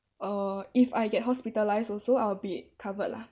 uh if I get hospitalised also I'll be covered lah